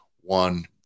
one